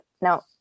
now